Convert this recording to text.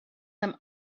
some